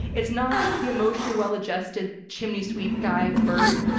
it's not the emotionally well adjusted chimney sweep guy bert,